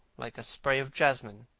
like a spray of jasmine.